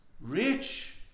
rich